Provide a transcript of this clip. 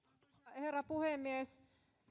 herra puhemies